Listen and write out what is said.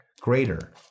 greater